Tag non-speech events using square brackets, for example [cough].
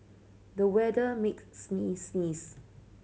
the weather make [unintelligible] sneeze